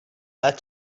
that